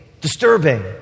Disturbing